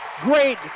Great